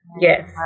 Yes